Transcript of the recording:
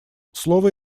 слово